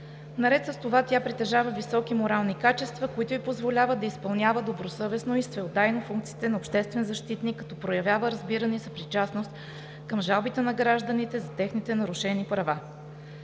Наред с това тя притежава високи морални качества, които ѝ позволяват да изпълнява добросъвестно и всеотдайно функциите на обществен защитник, като проявява разбиране и съпричастност към жалбите на гражданите за техните нарушени права.